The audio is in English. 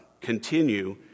continue